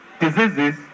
diseases